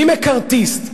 מי מקארתיסט?